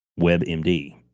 WebMD